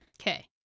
Okay